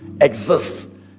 exists